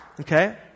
okay